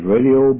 Radio